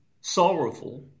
Sorrowful